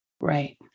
Right